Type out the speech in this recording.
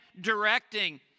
directing